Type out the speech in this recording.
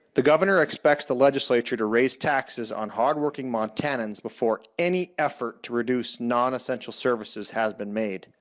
the governor expects the legislature to raise taxes on hard-working montanans before any effort to reduce non-essential services has been made.